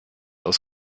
aus